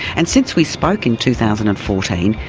and since we spoke in two thousand and fourteen,